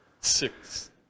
six